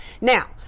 Now